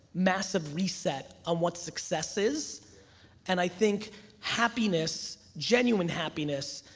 massive reset on what success is and i think happiness, genuine happiness,